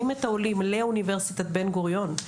את העולים לאוניברסיטת בן גוריון,